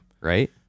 Right